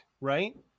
right